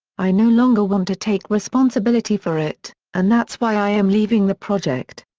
i no longer want to take responsibility for it, and that's why i am leaving the project.